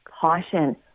Caution